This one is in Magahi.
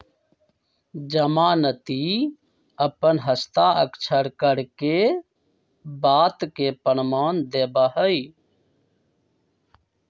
जमानती अपन हस्ताक्षर करके ई बात के प्रमाण देवा हई